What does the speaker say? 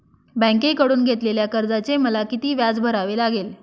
बँकेकडून घेतलेल्या कर्जाचे मला किती व्याज भरावे लागेल?